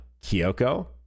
Kyoko